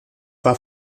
war